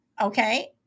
Okay